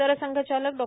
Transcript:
सरसंघचालक डॉ